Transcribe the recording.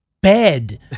bed